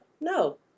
No